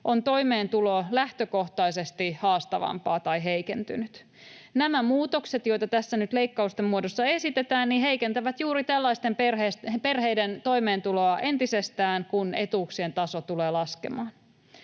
on toimeentulo lähtökohtaisesti haastavampaa tai heikentynyt. Nämä muutokset, joita tässä nyt leikkausten muodossa esitetään, heikentävät juuri tällaisten perheiden toimeentuloa entisestään, kun etuuksien taso tulee laskemaan.